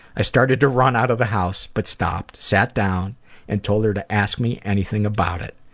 i started to run out of the house but stopped, sat down and told her to ask me anything about it.